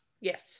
Yes